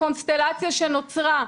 שבקונסטלציה שנוצרה,